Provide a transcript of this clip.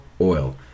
Oil